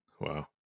Wow